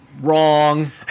Wrong